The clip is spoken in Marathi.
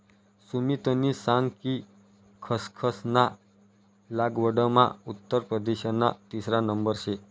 सुमितनी सांग कि खसखस ना लागवडमा उत्तर प्रदेशना तिसरा नंबर शे